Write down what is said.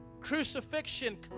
crucifixion